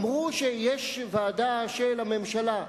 אמרו שיש ועדה של הממשלה,